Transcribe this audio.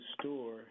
store